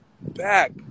back